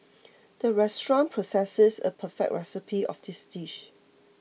the restaurant possesses a perfect recipe of this dish